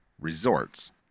resorts